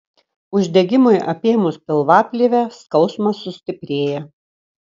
uždegimui apėmus pilvaplėvę skausmas sustiprėja